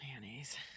Mayonnaise